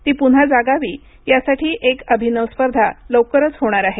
ति पुन्हा जागावी यासाठी एक अभिनव स्पर्धा लवकरच होणार आहे